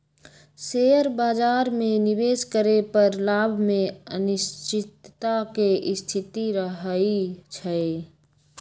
share बाजार में निवेश करे पर लाभ में अनिश्चितता के स्थिति रहइ छइ